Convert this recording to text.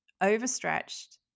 overstretched